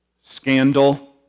scandal